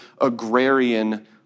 agrarian